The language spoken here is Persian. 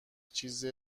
چیز